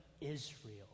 Israel